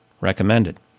recommended